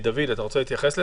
דוד, אתה רוצה להתייחס לזה?